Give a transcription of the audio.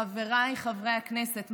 חבריי חברי הכנסת,